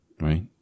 right